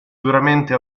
duramente